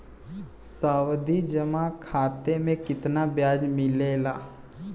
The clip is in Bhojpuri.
सावधि जमा खाता मे कितना ब्याज मिले ला?